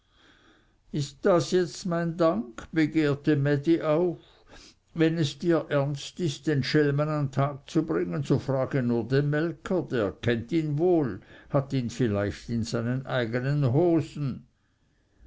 ist das jetzt mein dank begehrte mädi auf wenn es dir ernst ist den schelmen an tag zu bringen so frage nur den melker der kennt ihn wohl hat ihn vielleicht in seinen eigenen hosen